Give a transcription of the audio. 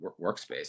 workspace